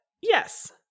Yes